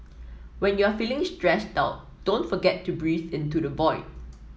when you are feeling stressed out don't forget to breathe into the void